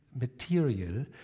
material